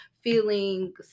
feeling